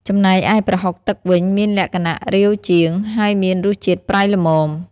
ចំណែកឯ ប្រហុកទឹក វិញ មានលក្ខណៈរាវជាង ហើយមានរសជាតិប្រៃល្មម។